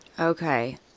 Okay